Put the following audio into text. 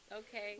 okay